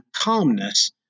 calmness